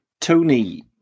Tony